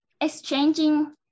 exchanging